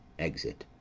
exit